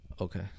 Okay